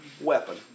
weapon